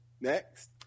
Next